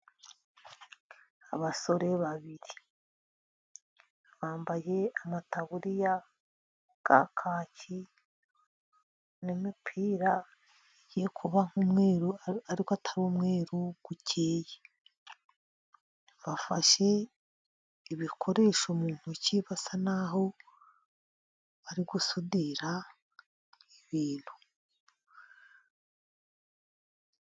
Abasore babiri bambaye amataburiya ya kaki, n'imipira igiye kuba nk'umweru ariko atari umweru ukeye, bafashe ibikoresho mu ntoki basa n'aho bari gusudira ibintu.